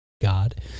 God